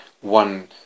one